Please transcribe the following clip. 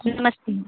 हं नमस्ते